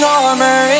armor